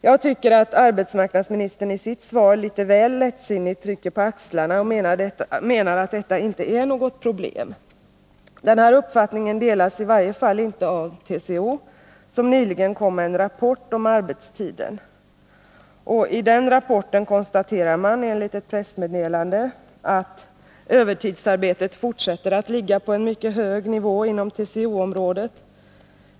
Jag tycker att arbetsmarknadsministern i sitt svar litet väl lättsinnigt rycker på axlarna och menar att detta inte är något problem. Den här uppfattningen delas i varje fall inte av TCO, som nyligen kom med en rapport om arbetstiden. I den rapporten konstaterar man enligt ett pressmeddelande: Övertidsarbetet fortsätter att ligga på en mycket hög nivå inom TCO området.